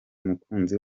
mukunzi